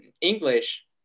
English